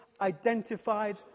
identified